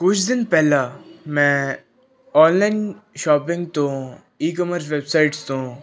ਕੁਝ ਦਿਨ ਪਹਿਲਾਂ ਮੈਂ ਔਨਲਾਈਨ ਸ਼ੋਪਿੰਗ ਤੋਂ ਈਕੁਮਰਸ ਵੈਬਸਾਈਟਸ ਤੋਂ